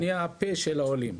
אני הפה של העולים.